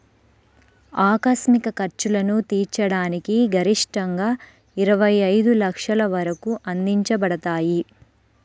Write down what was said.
ఆకస్మిక ఖర్చులను తీర్చడానికి గరిష్టంగాఇరవై ఐదు లక్షల వరకు అందించబడతాయి